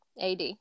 AD